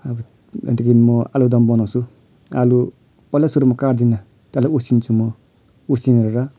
अब त्यहाँदेखि म आलुदम बनाउँछु आलु पहिला सुरुमा म काट्दिन त्यसलाई उसिन्छु म उसिनेर